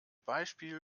beispiel